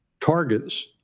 targets